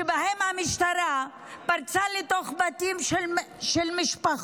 שבהם המשטרה פרצה לתוך בתים של משפחות